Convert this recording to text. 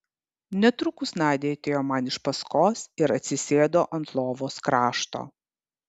netrukus nadia atėjo man iš paskos ir atsisėdo ant lovos krašto